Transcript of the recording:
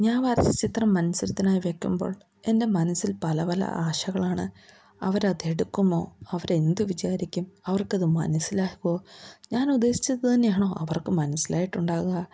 ഞാൻ വരച്ച ചിത്രം മത്സരത്തിനായി വെക്കുമ്പോൾ എൻ്റെ മനസ്സിൽ പല പല ആശകളാണ് അവരതെടുക്കുമോ അവരെന്തു വിചാരിക്കും അവർക്കത് മനസ്സിലാകുമോ ഞാനുദ്ദേശിച്ചത് തന്നെയാണോ അവർക്കു മനസ്സിലായിട്ടുണ്ടാകുക